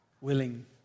willing